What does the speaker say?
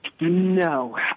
No